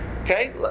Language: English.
Okay